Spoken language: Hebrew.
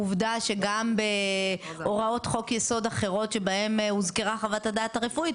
עובדה שגם בהוראות חוק יסוד אחרות שבהם הוזכרה חוות הדעת הרפואית,